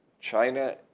China